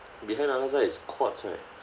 behind al azhar is courts right